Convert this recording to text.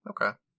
Okay